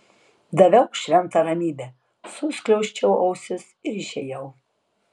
daviau šventą ramybę suskliausčiau ausis ir išėjau